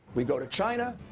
we go to china,